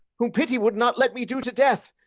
whom pity would not let me do to death.